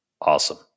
awesome